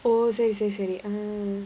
oh செரி செரி செரி:seri seri seri